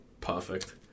perfect